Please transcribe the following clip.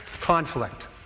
conflict